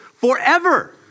forever